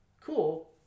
Cool